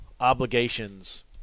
obligations